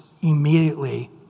immediately